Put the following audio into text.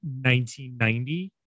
1990